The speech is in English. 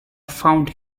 found